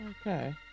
okay